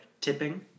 tipping